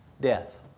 death